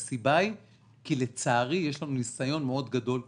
הסיבה היא כי לצערי, יש לנו ניסיון מאוד גדול בזה.